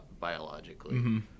biologically